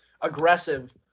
aggressive